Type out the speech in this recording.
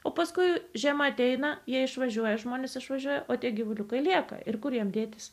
o paskui žiema ateina jie išvažiuoja žmonės išvažiuoja o tie gyvuliukai lieka ir kur jiems dėtis